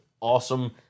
awesome